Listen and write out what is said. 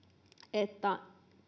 että